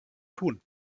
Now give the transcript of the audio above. tun